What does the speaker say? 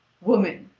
woman,